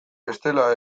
bestela